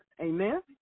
Amen